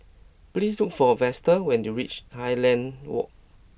please look for Vester when you reach Highland Walk